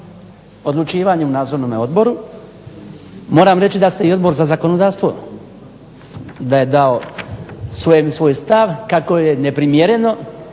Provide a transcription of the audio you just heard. odlučivanje u nadzornom odboru moram reći da se i Odbor za zakonodavstvo da je dao svoj stav kako je neprimjereno